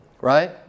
right